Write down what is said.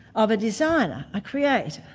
of a designer, a creator.